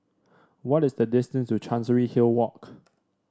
what is the distance to Chancery Hill Walk